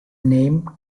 name